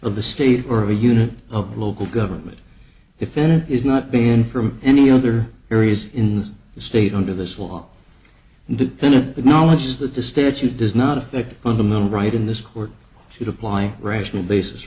of the state or a unit of local government if it is not banned from any other areas in the state under this law independent acknowledges that the statute does not affect fundamental right in this court should apply rational basis